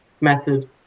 method